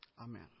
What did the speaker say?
Amen